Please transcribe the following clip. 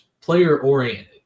Player-oriented